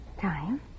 time